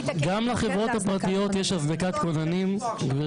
גם לחברות הפרטיות יש הזנקת כוננים גברתי.